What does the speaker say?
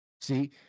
See